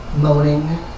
moaning